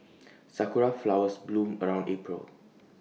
Sakura Flowers bloom around April